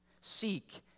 Seek